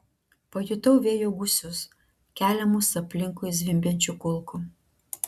pajutau vėjo gūsius keliamus aplinkui zvimbiančių kulkų